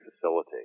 facilitate